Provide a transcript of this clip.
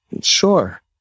Sure